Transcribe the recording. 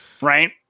Right